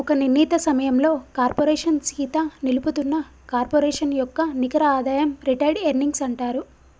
ఒక నిర్ణీత సమయంలో కార్పోరేషన్ సీత నిలుపుతున్న కార్పొరేషన్ యొక్క నికర ఆదాయం రిటైర్డ్ ఎర్నింగ్స్ అంటారు